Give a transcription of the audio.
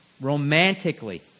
romantically